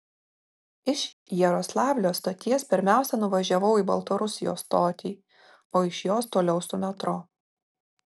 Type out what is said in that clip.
iš jaroslavlio stoties pirmiausia nuvažiavau į baltarusijos stotį o iš jos toliau su metro